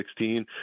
2016